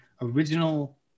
original